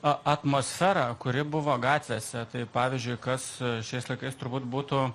atmosfera kuri buvo gatvėse tai pavyzdžiui kas šiais laikais turbūt būtų